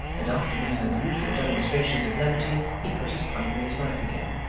and after these unusual demonstrations of levity, he put his pipe in his mouth again.